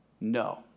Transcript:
No